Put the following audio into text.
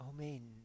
Amen